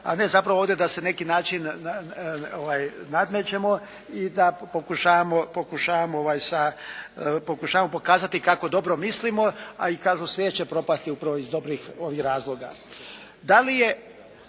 a ne zapravo ovdje da se na neki način nadmećemo i da pokušavamo pokazati kako dobro mislimo a i kažu svijet će propasti upravo iz dobrih ovih razloga.